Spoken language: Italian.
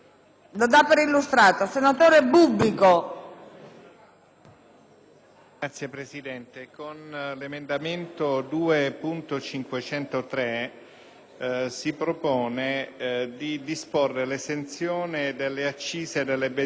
Signora Presidente, l'emendamento 2.503 si propone di disporre l'esenzione delle accise sulle benzine, sul gasolio e sul gas